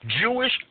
Jewish